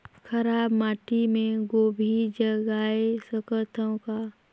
खराब माटी मे गोभी जगाय सकथव का?